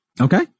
Okay